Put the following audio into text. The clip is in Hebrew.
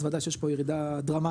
אז ודאי שיש פה ירידה דרמטית